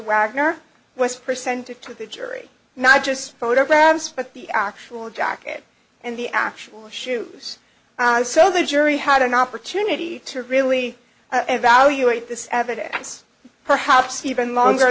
wagner was presented to the jury not just photographs but the actual jacket and the actual issues so the jury had an opportunity to really evaluate this evidence perhaps even longer